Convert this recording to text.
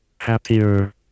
happier